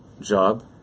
job